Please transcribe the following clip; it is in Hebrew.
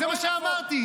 זה חוק צודק בשבילך,